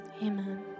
amen